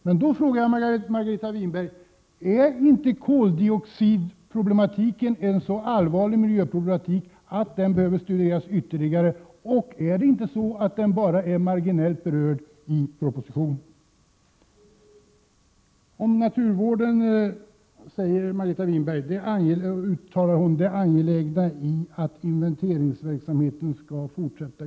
Men då frågar jag Margareta Winberg: Är inte koldioxidproblematiken en så allvarlig miljöproblematik att den behöver studeras ytterligare? Och är det inte så att den är bara marginellt berörd i propositionen? 35 Om naturvården säger Margareta Winberg: Det är angeläget att inventeringsverksamheten skall fortsätta.